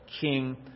King